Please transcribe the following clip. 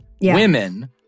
women